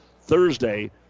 Thursday